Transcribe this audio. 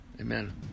Amen